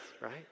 right